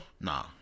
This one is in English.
Nah